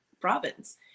province